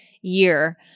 year